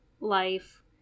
life